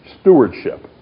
stewardship